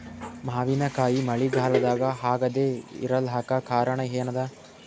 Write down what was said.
ಮಾವಿನಕಾಯಿ ಮಳಿಗಾಲದಾಗ ಆಗದೆ ಇರಲಾಕ ಕಾರಣ ಏನದ?